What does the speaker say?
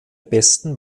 besten